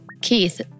Keith